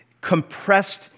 compressed